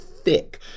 thick